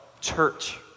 church